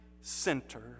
center